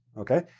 okay?